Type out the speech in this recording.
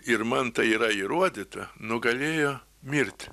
ir man tai yra įrodyta nugalėjo mirtį